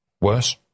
Worse